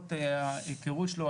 בעקבות ההכרות שלו,